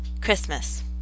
Christmas